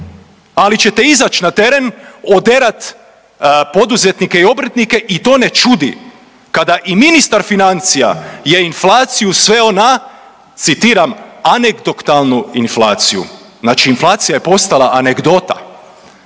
Ali ćete izać na teren, oderat poduzetnike i obrtnike i to ne čudi kada i ministar financija je inflaciju sveo na citiram „anegdotalnu inflaciju“, znači inflacija je postala anegdota.